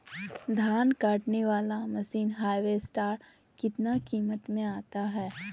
धान कटने बाला मसीन हार्बेस्टार कितना किमत में आता है?